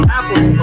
Apple